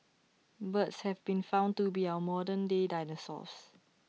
birds have been found to be our modern day dinosaurs